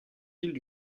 villes